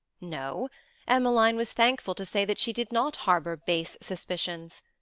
no emmeline was thankful to say that she did not harbour base suspicions.